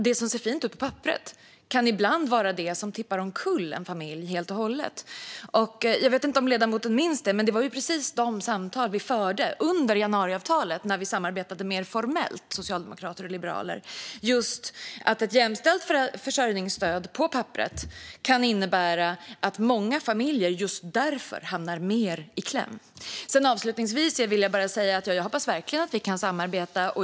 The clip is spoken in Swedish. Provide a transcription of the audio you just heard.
Det som ser fint ut på papperet kan ibland vara det som tippar omkull en familj helt och hållet. Jag vet inte om ledamoten minns det, men det var precis de samtalen vi förde under januariavtalet, när socialdemokrater och liberaler samarbetade mer formellt. Ett jämställt försörjningsstöd på papperet kan just därför innebära att många familjer hamnar mer i kläm. Avslutningsvis vill jag säga att jag verkligen hoppas att vi kan samarbeta.